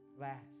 last